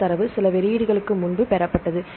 இந்தத் தரவு சில வெளியீடுகளுக்கு முன்பு பெறப்பட்டது